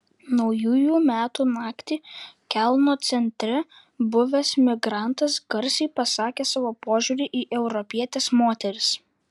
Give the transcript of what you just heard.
naujųjų metų naktį kelno centre buvęs migrantas garsiai pasakė savo požiūrį į europietes moteris